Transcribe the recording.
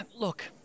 look